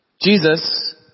Jesus